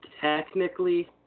Technically